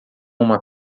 uma